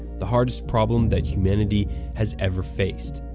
the hardest problem that humanity has ever faced.